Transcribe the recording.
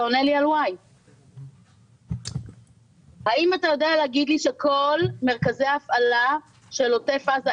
אתה עונה לי על Y. האם אתה יודע להגיד לי שכל מרכזי ההפעלה של עוטף עזה,